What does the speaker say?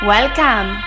Welcome